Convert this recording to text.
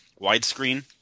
widescreen